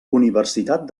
universitat